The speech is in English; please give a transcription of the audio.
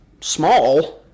small